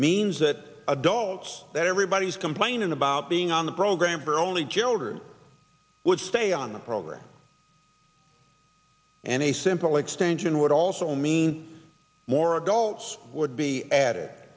means that adults that everybody's complaining about being on the program are only jailed or would stay on the program and a simple extension would also mean more adults would be add